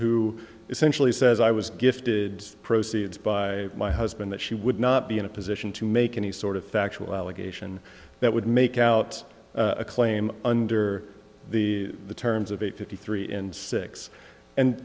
who essentially says i was gifted proceeds by my husband that she would not be in a position to make any sort of factual allegation that would make out a claim under the terms of a fifty three and six and